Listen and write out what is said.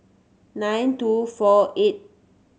nine two four eighth